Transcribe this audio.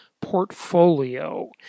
portfolio